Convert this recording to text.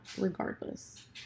regardless